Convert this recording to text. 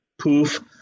poof